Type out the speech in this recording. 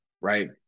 right